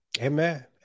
Amen